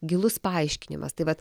gilus paaiškinimas tai vat